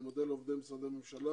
אני מודה לעובדי משרדי הממשלה